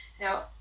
Now